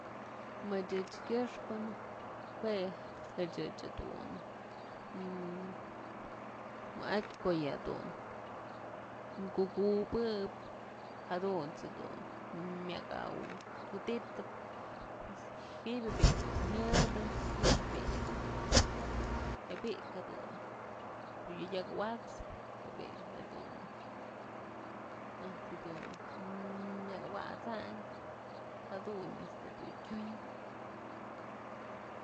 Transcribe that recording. Madyëch këxpë juë ëch jadun wa'atyë ko'o yë dun kukukëp jadunt's jedun myak awëdytëp pues ji'ib bi'i dun myëdë ji'i bi'i yëdun je bi'ik jedun yëk awa'atspë ko'o bi'i jedun myak awa'asayn jadun este dun tyun.